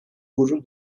gurur